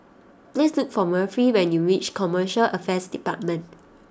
please look for Murphy when you reach Commercial Affairs Department